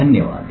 धन्यवाद